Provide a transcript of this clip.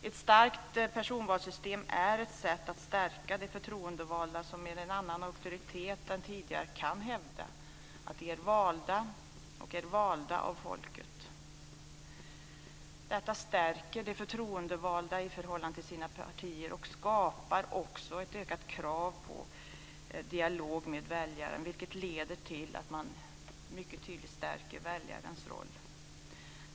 Ett starkt personvalssystem är ett sätt att stärka de förtroendevalda, som med en annan auktoritet än tidigare kan hävda att de är valda av folket. Detta stärker de förtroendevalda i förhållande till sina partier och skapar ett ökat krav på dialog med väljaren, vilket leder till att man mycket tydligt stärker väljarens roll.